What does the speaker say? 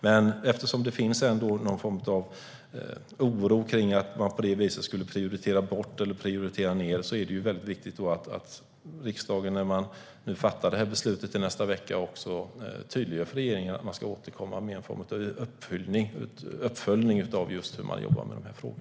Men eftersom det finns en oro för att detta ska prioriteras bort eller ned är det viktigt att riksdagen när den fattar beslut nästa vecka tydliggör för regeringen att regeringen ska återkomma med en uppföljning av hur man jobbar med dessa frågor.